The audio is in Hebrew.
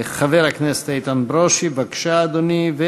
חבר הכנסת איתן ברושי, בבקשה, אדוני.